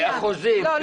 לא,